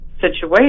situation